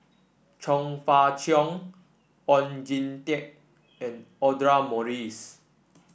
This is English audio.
Chong Fah Cheong Oon Jin Teik and Audra Morrice